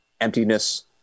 emptiness